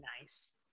Nice